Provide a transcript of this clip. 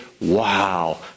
wow